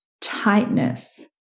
tightness